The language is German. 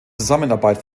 zusammenarbeit